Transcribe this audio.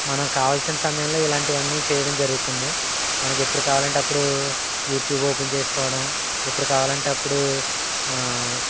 మనం కావాల్సిన సమయంలో ఇలాంటివన్నీ చేయడం జరుగుతుంది మనకు ఎప్పుడు కావాలంటే అప్పుడు యూట్యూబ్ ఓపెన్ చేసుకోవడం ఎప్పుడు కావాలంటే అప్పుడు